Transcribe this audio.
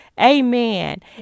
amen